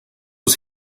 was